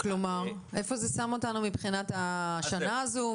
כלומר איפה זה שם אותנו מבחינת השנה הזאת,